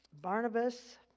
Barnabas